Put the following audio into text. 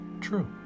true